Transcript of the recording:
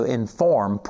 inform